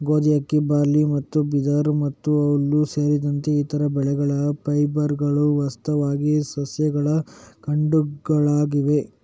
ಗೋಧಿ, ಅಕ್ಕಿ, ಬಾರ್ಲಿ ಮತ್ತು ಬಿದಿರು ಮತ್ತು ಹುಲ್ಲು ಸೇರಿದಂತೆ ಇತರ ಬೆಳೆಗಳ ಫೈಬರ್ಗಳು ವಾಸ್ತವವಾಗಿ ಸಸ್ಯಗಳ ಕಾಂಡಗಳಾಗಿವೆ